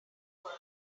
world